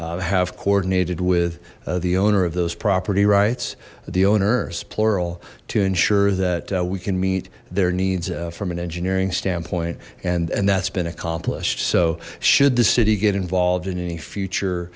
engineers have coordinated with the owner of those property rights the owners plural to ensure that we can meet their needs from an engineering standpoint and and that's been accomplished so should the city get involved in any future